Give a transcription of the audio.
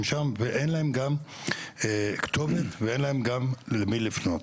שם ואין להם גם כתובת ואין להם גם למי לפנות.